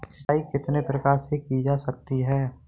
सिंचाई कितने प्रकार से की जा सकती है?